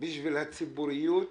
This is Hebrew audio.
בשביל הציבוריות